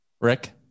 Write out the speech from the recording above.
Rick